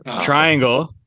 Triangle